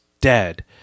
dead